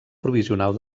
provisional